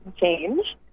change